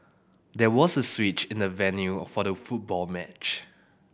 there was a switch in the venue for the football match